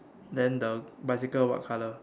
then the bicycle what colour